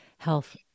health